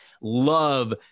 Love